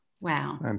Wow